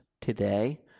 today